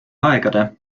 aegade